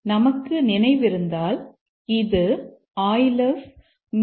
நமக்கு நினைவிருந்தால் இது யூலரின் மீ